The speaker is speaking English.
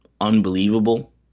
unbelievable